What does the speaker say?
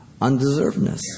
Undeservedness